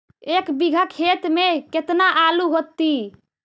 एक बिघा खेत में केतना आलू होतई?